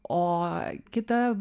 o kita